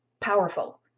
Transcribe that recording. powerful